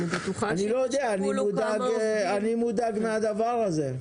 אני בטוחה שהשיקול הוא כמה עובדים --- אני מודאג מהדבר הזה.